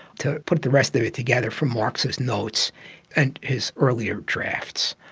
to put the rest of it together from marx's notes and his earlier drafts.